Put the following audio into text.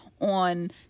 on